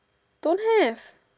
don't have